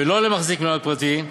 ולא למחזיק מניות פרטי,